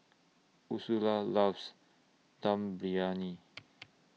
Ursula loves Dum Briyani